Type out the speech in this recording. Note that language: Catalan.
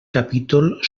capítol